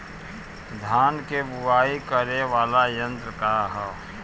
धान के बुवाई करे वाला यत्र का ह?